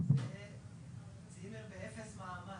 אבל כשאתה שם ממונה על כשרות למי הוא יהיה כפוף?